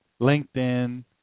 LinkedIn